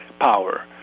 power